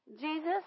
Jesus